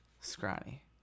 scrawny